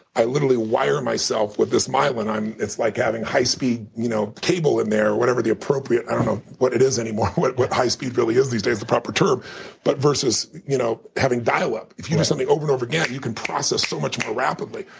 i literally wire myself with this myelin. it's like having high-speed you know cable in there or whatever the appropriate i don't know what it is anymore, what high-speed really is these days, the proper term but versus you know having dial-up. if you do something over and over again, you can process so much more rapidly.